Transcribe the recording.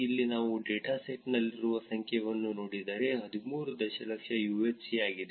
ಇಲ್ಲಿ ನೀವು ಡೇಟಾಸೆಟ್ನಲ್ಲಿರುವ ಸಂಖ್ಯೆಯನ್ನು ನೋಡಿದರೆ 13 ದಶಲಕ್ಷ UHC ಆಗಿದೆ